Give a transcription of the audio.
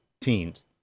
teens